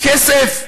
כסף?